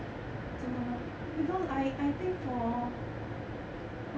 真的吗 because I I think for